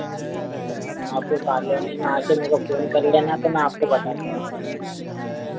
आपको कॉलोनी में आके मेरे को फोन कर लेना तो मैं आप को बता दूंगा